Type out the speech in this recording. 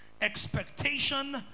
expectation